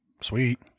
Sweet